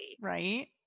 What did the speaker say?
Right